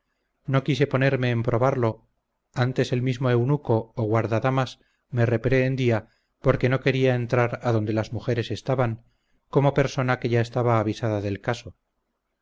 no quise ponerme en probarlo antes el mismo eunuco o guardadamas me reprehendía porque no quería entrar a donde las mujeres estaban como persona que ya estaba avisada del caso